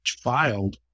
filed